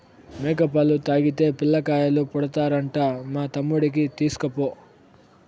మేక పాలు తాగితే పిల్లకాయలు పుడతారంట మా తమ్ముడికి తీస్కపో